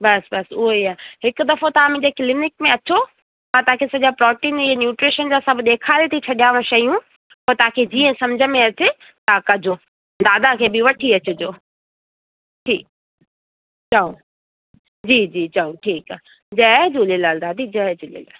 बसि बसि उहो ई आहे हिकु दफ़ो तव्हां मुंहिंजे क्लीनिक में अचो मां तव्हांखे सॼा प्रोटीन ऐं न्यूट्रिशन जा सभु ॾेखारे थी छॾियांव शयूं पोइ तव्हांखे जीअं समुझ में अचे त कजो दादा खे बि वठी अचिजो ठीकु चऊं जी जी चऊं ठीकु आहे जय झूलेलाल दादी जय झूलेलाल